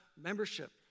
membership